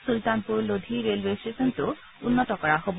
চূলনাতপুৰ লোধি ৰেল'ৱে ষ্টেচনটো উন্নত কৰা হ'ব